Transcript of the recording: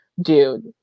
Dude